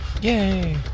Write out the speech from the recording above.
Yay